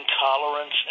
intolerance